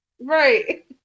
right